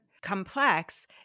complex